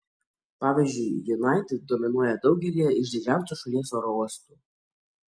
pavyzdžiui united dominuoja daugelyje iš didžiausių šalies oro uostų